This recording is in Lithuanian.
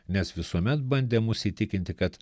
nes visuomet bandė mus įtikinti kad